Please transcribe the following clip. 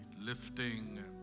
lifting